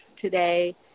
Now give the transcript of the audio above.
today